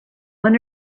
one